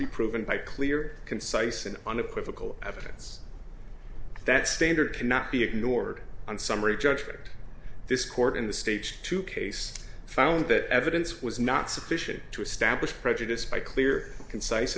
be proven by clear concise and unequivocal evidence that standard cannot be ignored on summary judgment this court in the state two case found that evidence was not sufficient to establish prejudice by clear concise